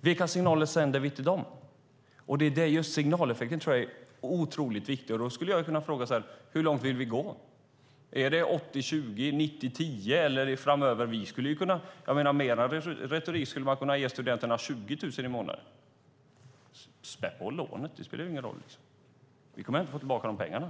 Vilka signaler sänder vi till dem? Just de signalerna är otroligt viktiga. Jag skulle kunna fråga: Hur långt vill vi gå? Är det 80-20 eller 90-10 framöver? Med er retorik skulle man kunna ge studenterna 20 000 i månaden. Späd på lånet! Det spelar ju ingen roll - du kommer inte att få tillbaka de pengarna.